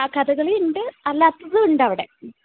ആ കഥകളി ഉണ്ട് അല്ലാത്തതും ഉണ്ട് അവിടെ